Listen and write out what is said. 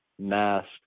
Mask